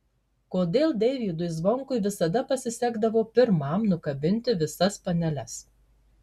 kodėl deivydui zvonkui visada pasisekdavo pirmam nukabinti visas paneles